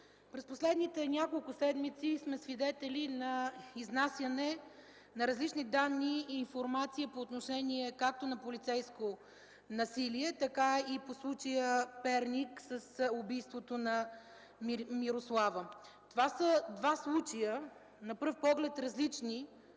През последните няколко седмици сме свидетели на изнасяне на различни данни и информация по отношение както на полицейско насилие, така и по случая „Перник” с убийството на Мирослава. Това са два случая, на пръв поглед, различни